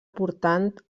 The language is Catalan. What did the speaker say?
portant